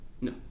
No